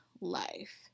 life